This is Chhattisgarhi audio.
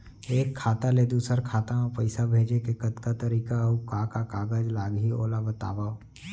एक खाता ले दूसर खाता मा पइसा भेजे के कतका तरीका अऊ का का कागज लागही ओला बतावव?